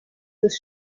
des